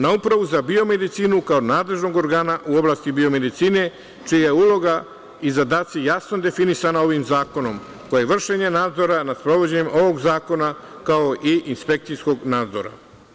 Na Upravu za biomedicinu, kao nadležnog organa u oblasti biomedicine, čija je uloga i zadaci jasno definisani ovim zakonom, kao i vršenje nadzora nad sprovođenjem ovog zakona, kao i inspekcijskog nadzora.